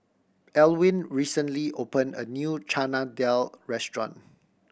Elwin recently opened a new Chana Dal restaurant